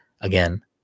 again